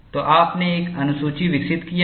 तो आपने एक अनुसूची विकसित किया है